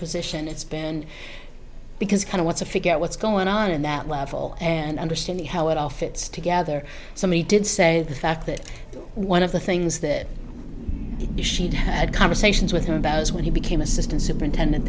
position it's been because kind of what's a figure out what's going on in that level and understanding how it all fits together somebody did say the fact that one of the things that she'd had conversations with him about was when he became assistant superintendent